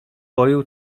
boju